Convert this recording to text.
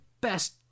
best